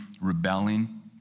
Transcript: rebelling